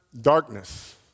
Darkness